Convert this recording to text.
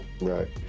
right